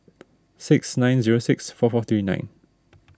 six nine zero six four four three nine